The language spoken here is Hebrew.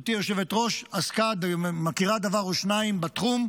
גברתי היושבת-ראש עסקה, מכירה דבר או שניים בתחום,